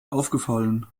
aufgefallen